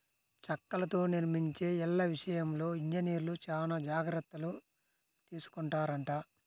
చెక్కలతో నిర్మించే ఇళ్ళ విషయంలో ఇంజనీర్లు చానా జాగర్తలు తీసుకొంటారంట